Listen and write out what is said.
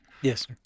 yes